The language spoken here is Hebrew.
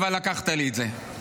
אבל לקחתי לי את זה.